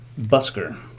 busker